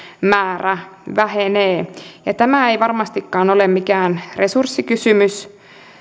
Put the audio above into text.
määrä vähenee ja tämä ei varmastikaan ole mikään resurssikysymys